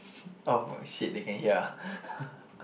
oh shit they can hear ah